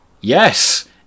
Yes